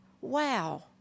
Wow